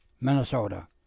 Minnesota